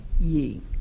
ye